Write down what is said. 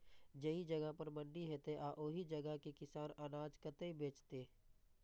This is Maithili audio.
जाहि जगह पर मंडी हैते आ ओहि जगह के किसान अनाज कतय बेचते?